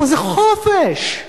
זה חופש,